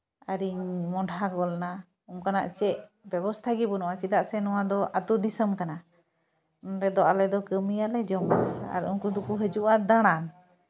ᱟᱨᱤᱧ ᱢᱚᱰᱦᱟᱜ ᱜᱚᱫᱱᱟ ᱚᱱᱠᱟᱱᱟᱜ ᱪᱮᱫ ᱵᱮᱵᱚᱥᱛᱷᱟ ᱜᱮ ᱵᱟᱹᱱᱩᱜᱼᱟ ᱪᱮᱫᱟᱜ ᱥᱮ ᱱᱚᱣᱟ ᱫᱚ ᱟᱹᱛᱩ ᱫᱤᱥᱚᱢ ᱠᱟᱱᱟ ᱱᱚᱰᱮ ᱫᱚ ᱟᱞᱮ ᱫᱚ ᱠᱟᱹᱢᱤᱭᱟᱞᱮ ᱡᱚᱢ ᱟᱞᱮ ᱟᱨ ᱩᱱᱠᱩ ᱫᱚᱠᱚ ᱦᱤᱡᱩᱜᱼᱟ ᱫᱟᱲᱟᱱ